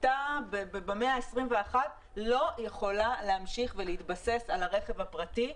בצפיפותה במאה ה-21 לא יכולה להמשיך להתבסס על הרכב הפרטי,